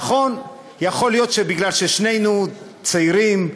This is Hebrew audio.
נכון, יכול להיות שמכיוון ששנינו צעירים,